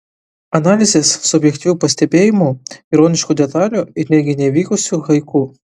analizės subjektyvių pastebėjimų ironiškų detalių ir netgi nevykusių haiku